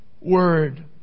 Word